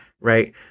right